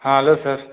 hello sir